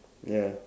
ya